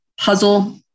puzzle